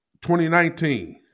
2019